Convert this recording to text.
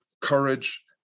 courage